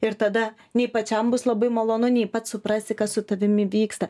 ir tada nei pačiam bus labai malonu nei pats suprasi kad su tavimi vyksta